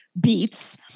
beats